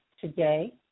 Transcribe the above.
today